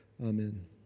amen